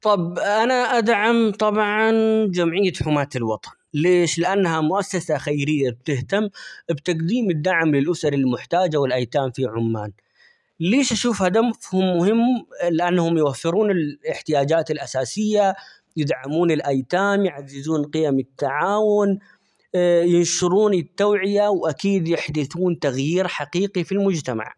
طب أنا أدعم طبعًا جمعية حماة الوطن، ليش؟ لأنها مؤسسة خيرية بتهتم بتقديم الدعم للأسر المحتاجة والأيتام في عمان ليش أشوفها -هدمف- هدفهم مهم؟ لأنهم يوفرون الاحتياجات الأساسية، يدعمون الأيتام ،يعززون قيم التعاون، ينشرون التوعية ،وأكيد يحدثون تغيير حقيقي في المجتمع.